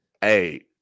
Hey